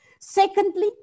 Secondly